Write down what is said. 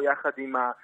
מספיק